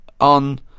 on